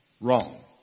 wrong